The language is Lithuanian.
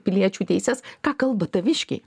piliečių teises ką kalba taviškiai